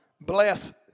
bless